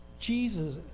Jesus